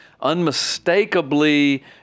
unmistakably